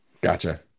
Gotcha